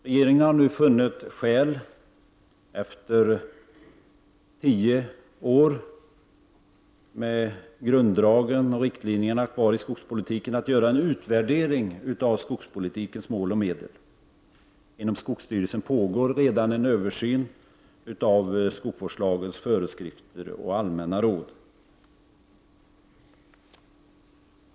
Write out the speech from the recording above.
Regeringen har nu — efter att under tio år ha tillämpat dessa grunddrag och riktlinjer i skogspolitiken — funnit skäl att göra en utvärdering av skogspolitikens mål och medel. Inom skogsbruksstyrelsen pågår det redan en översyn av skogsvårdslagens föreskrifter och allmänna råd.